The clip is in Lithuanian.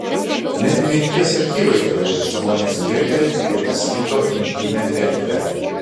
net mirties akivaizdoje žmonės gerbia vienas kito intymią erdvę